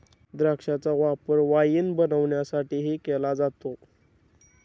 द्राक्षांचा वापर वाईन बनवण्यासाठीही केला जातो